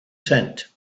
tent